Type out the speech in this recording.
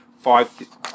five